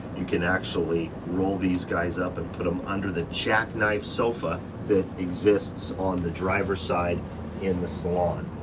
you can actually roll these guys up and put them um under the jack knife sofa that exists on the driver's side in the salon.